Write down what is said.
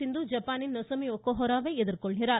சிந்து ஜப்பானின் நொசோமி ஒக்கோஹோரை எதிர்கொள்கிறார்